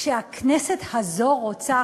כשהכנסת הזו רוצה,